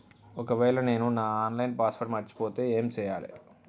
ఒకవేళ నేను నా ఆన్ లైన్ పాస్వర్డ్ మర్చిపోతే ఏం చేయాలే?